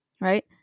right